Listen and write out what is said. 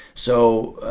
so,